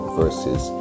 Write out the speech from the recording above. versus